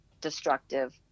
destructive